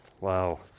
wow